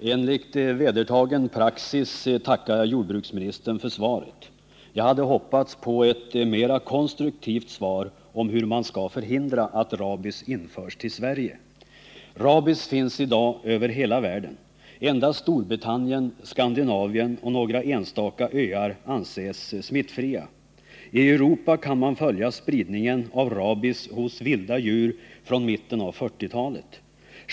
Enligt vedertagen praxis tackar jag jordbruksministern för svaret. Jag hade hoppats på ett mera konstruktivt svar på frågan hur man skall förhindra att rabies införs till Sverige. Rabies finns i dag över hela världen. Endast Storbritannien, Skandinavien och några enstaka öar anses vara smittfria. I Europa kan man följa spridningen av rabies hos vilda djur från mitten av 1940-talet.